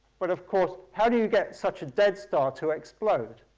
but of course, how do you get such a dead star to explode?